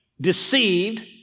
deceived